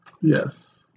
Yes